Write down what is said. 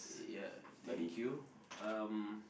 ya thank you um